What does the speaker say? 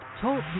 Talk